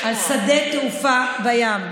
על שדה תעופה בים.